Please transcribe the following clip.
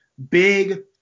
big